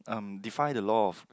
um define the law of